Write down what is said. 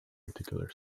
particular